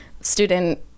student